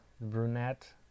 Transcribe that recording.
brunette